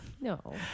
No